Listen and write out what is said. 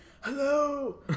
hello